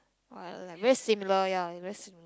!wah! like very similar ya very similar